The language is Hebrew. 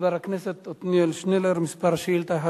חבר הכנסת עתניאל שנלר, שאילתא מס'